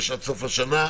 יש עד סוף השנה,